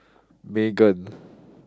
Megan